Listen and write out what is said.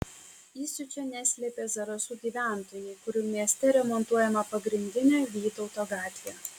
įsiūčio neslėpė zarasų gyventojai kurių mieste remontuojama pagrindinė vytauto gatvė